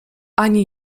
ani